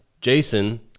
Jason